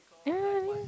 ya I mean